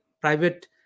private